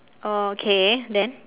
oh okay then